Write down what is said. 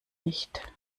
nicht